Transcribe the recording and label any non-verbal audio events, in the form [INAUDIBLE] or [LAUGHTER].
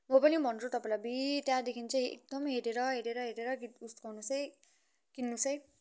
म पनि भन्छु तपाईँलाई अबुई त्यहाँदेखि चाहिँ एकदम हेरेर हेरेर हेरेर [UNINTELLIGIBLE] उयेस गर्नुहोसै किन्नुहोसै